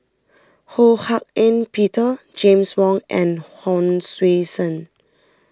Ho Hak Ean Peter James Wong and Hon Sui Sen